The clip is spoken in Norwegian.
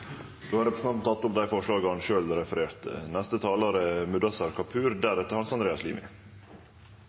Da har representanten Morten Ørsal Johansen tatt opp de forslagene han refererte til. Senterpartiet er